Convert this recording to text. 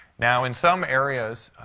now, in some areas,